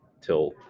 till